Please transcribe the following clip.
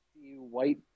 white